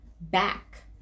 back